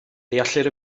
deallir